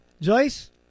Joyce